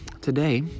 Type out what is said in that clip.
today